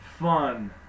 Fun